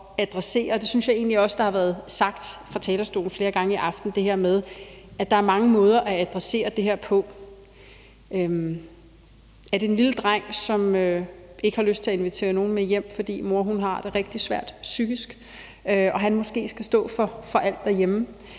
at adressere, og det synes jeg egentlig også har været sagt fra talerstolen flere gange i aften, at der er mange måder at adressere det her på. Er det den lille dreng, som ikke har lyst til at invitere nogen med hjem, fordi mor har det rigtig svært psykisk og han måske skal stå for alt derhjemme,